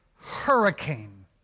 hurricane